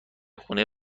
خونه